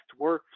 workflow